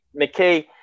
McKay